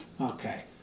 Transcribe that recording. Okay